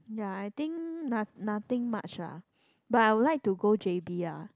ya I think no~ nothing much ah but I would like to go j_b ah